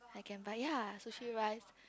can buy ya sushi rice